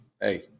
Hey